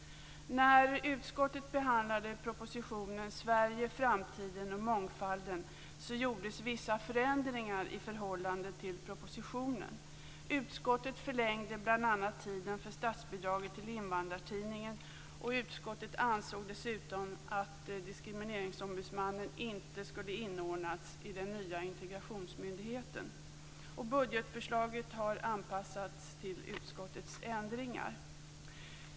När utskottet behandlade propositionen Sverige, framtiden och mångfalden gjordes vissa förändringar i förhållande till propositionen. Utskottet förlängde bl.a. tiden för statsbidraget till Invandrartidningen och ansåg dessutom att Diskrimineringsombudsmannen inte skulle inordnas i den nya integrationsmyndigheten. Budgetförslaget har anpassats till utskottets ändringar.